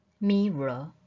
mirror